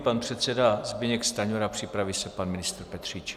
Pan předseda Zbyněk Stanjura, připraví se pan ministr Petříček.